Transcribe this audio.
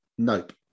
Nope